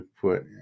put